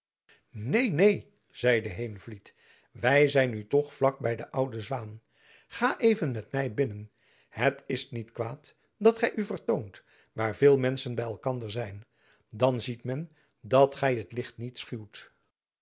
neen neen zeide heenvliet wy zijn nu toch vlak by de oude zwaen ga even met my binnen het is niet kwaad dat gy u vertoont waar veel menschen by elkander zijn dan ziet men dat gy het licht niet schuwt